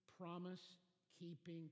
promise-keeping